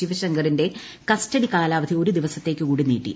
ശിവശങ്കറിന്റെ custody കാലാവധി ഒരു ദിവസത്തേക്ക് കൂടി നീട്ടി